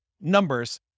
numbers